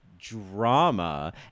drama